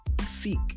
Seek